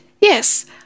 Yes